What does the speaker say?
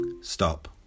Stop